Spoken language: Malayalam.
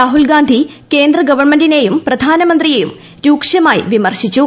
രാഹുൽഗാന്ധി കേന്ദ്ര ഗവൺമെന്റിനേയും പ്രധാനമന്ത്രിയേയും രൂക്ഷമായി വിമർശിച്ചു